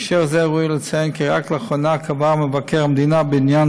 בהקשר זה ראוי לציין כי רק לאחרונה קבע מבקר המדינה בעניין